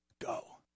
go